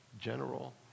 general